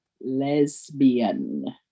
lesbian